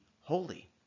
holy